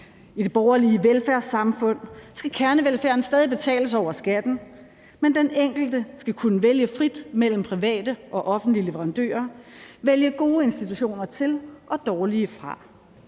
I det borgerlige velfærdssamfund skal kernevelfærden stadig betales over skatten, men den enkelte skal kunne vælge frit mellem private og offentlige leverandører og vælge gode institutioner til og dårlige fra.